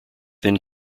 then